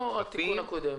כמו התיקון הקודם.